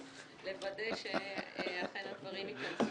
-- לוודא שאכן הדברים ייכנסו.